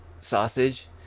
sausage